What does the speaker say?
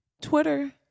Twitter